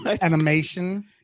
animation